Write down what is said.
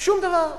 שום דבר.